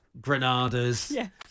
Granadas